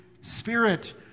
spirit